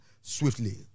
swiftly